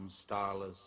starless